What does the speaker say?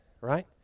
right